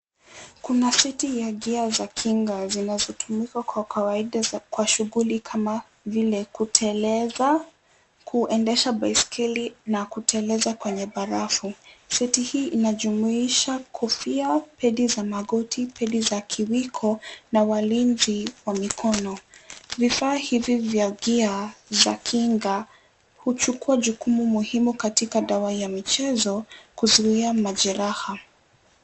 Kuna (cs)set(cs) ya (cs)gear(cs) za kinga zinazotumika kwa kawaida kwa shughuli kama vile kuteleza, kuendesha baiskeli, na kuteleza kwenye barafu. (cs)Set(cs) hii inajumuisha kofia, pedi za magoti, pedi za kiwiko, na walinzi wa mikono. Vifaa hivi vya (cs)gear(cs) za kinga huchukua jukumu muhimu katika dawa ya michezo kuzuia majeraha.